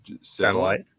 Satellite